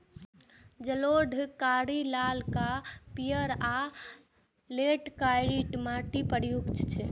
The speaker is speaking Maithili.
जलोढ़, कारी, लाल आ पीयर, आ लेटराइट माटि प्रमुख छै